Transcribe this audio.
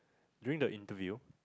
during the interview